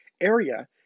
area